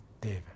David